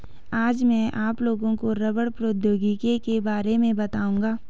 आज मैं आप लोगों को रबड़ प्रौद्योगिकी के बारे में बताउंगा